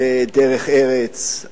בדרך-ארץ,